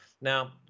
Now